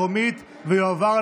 התשפ"א 2021,